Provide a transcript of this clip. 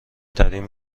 ترین